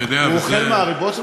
הוא אוכל מהריבות שלך?